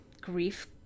grief